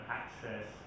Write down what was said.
access